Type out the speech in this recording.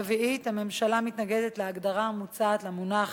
רביעית, הממשלה מתנגדת להגדרה המוצעת למונח